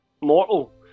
mortal